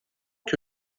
que